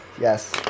Yes